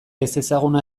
ezezaguna